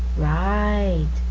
right,